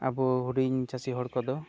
ᱟᱵᱚ ᱦᱩᱰᱤᱧ ᱪᱟᱹᱥᱤ ᱦᱚᱲ ᱠᱚᱫᱚ